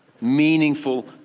meaningful